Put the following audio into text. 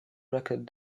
record